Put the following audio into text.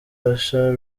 usher